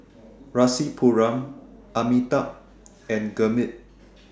Rasipuram Amitabh and Gurmeet